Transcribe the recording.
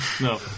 No